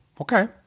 Okay